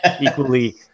equally